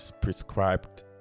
prescribed